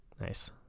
nice